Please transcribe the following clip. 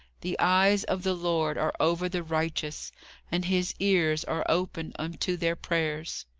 the eyes of the lord are over the righteous and his ears are open unto their prayers.